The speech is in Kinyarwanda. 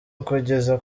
ukugeza